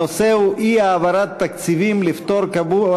הנושא הוא: אי-העברת תקציבים לפטור קבוע